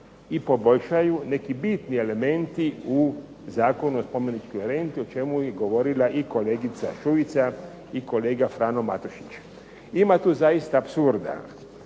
i poboljšaju neki bitni elementi u Zakonu o spomeničkoj renti o čemu je govorila i kolegica Šuica i kolega Frano Matušić. Ima tu zaista apsurda.